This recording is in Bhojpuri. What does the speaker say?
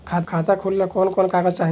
खाता खोलेला कवन कवन कागज चाहीं?